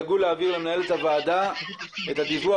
לדאוג להעביר למנהלת הוועדה את הדיווח